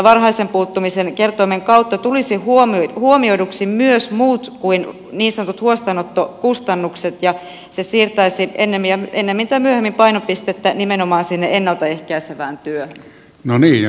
varhaisen puuttumisen kertoimen kautta tulisivat huomioiduksi myös muut kuin niin sanotut huostaanottokustannukset ja se siirtäisi ennemmin tai myöhemmin painopistettä nimenomaan sinne ennalta ehkäisevän työ nalli ja